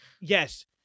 yes